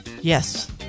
Yes